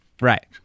Right